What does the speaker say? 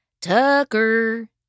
Tucker